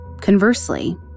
Conversely